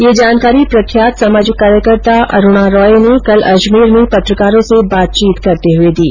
ये जानकारी प्रख्यात सामाजिक कार्यकर्ता अरूणा राय ने कल अजमेर में पत्रकारों से बातचीत करते हुए दी